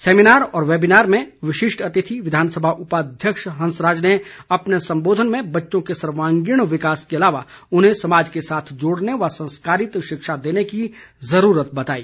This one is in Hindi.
सैमीनार व वैबिनार में विशिष्ट अतिथि विधानसभा उपाध्यक्ष हंसराज ने अपने संबोधन में बच्चों के सर्वांगीण विकास के अलावा उन्हें समाज के साथ जोड़ने व संस्कारित शिक्षा देने की ज़रूरत बताई